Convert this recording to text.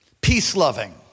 Peace-loving